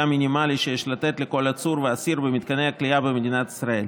מינימלי שיש לתת לכל עצור ואסיר במתקני הכליאה במדינת ישראל.